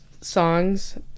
songs